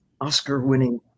Oscar-winning